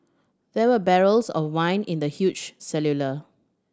there were barrels of wine in the huge